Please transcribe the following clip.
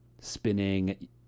spinning